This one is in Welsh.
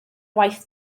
waith